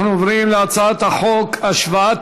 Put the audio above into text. אנחנו עוברים לנושא הבא: הצעת חוק השוואת